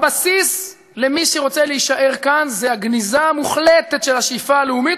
הבסיס למי שרוצה להישאר כאן זה הגניזה המוחלטת של השאיפה הלאומית,